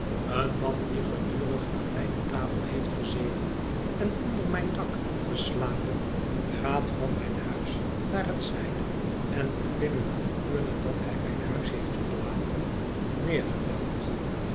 een man die gedurig aan mijne tafel heeft gezeten en onder mijn dak geslapen gaat van mijn huis naar het zijne en wordt binnen een uur na dat hij mijn huis heeft verlaten